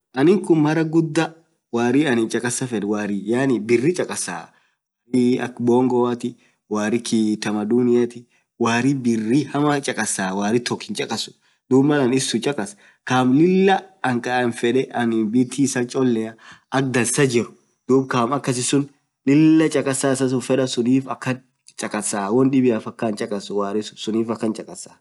anninkuun marra gudda warri akkan chakkas, warri birri chakkasa, warri birri hama chakasaa akk bongoatti, kaa kitamaduniiatii, warri birri hamma chakassa warri took hinchakasu.kaa bitti issa chollea akkdansaa jiir lilla chakkasaa sunnif akan chakassa wondibiaf hinchakassu.